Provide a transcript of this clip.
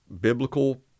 biblical